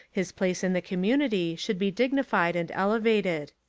his place in the community should be dignified and elevated.